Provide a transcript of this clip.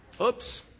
Oops